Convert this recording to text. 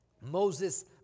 Moses